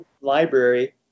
library